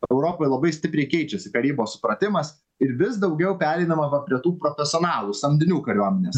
europoj labai stipriai keičiasi karybos supratimas ir vis daugiau pereinama va prie tų profesionalų samdinių kariuomenės